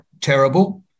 terrible